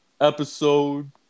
episode